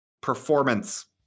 performance